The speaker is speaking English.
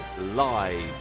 live